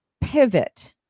pivot